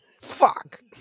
Fuck